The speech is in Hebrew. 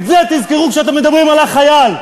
את זה תזכרו כשאתם מדברים על החייל,